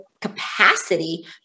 capacity